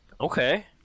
Okay